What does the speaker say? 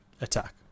attack